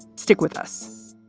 stick with us